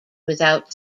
without